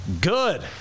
good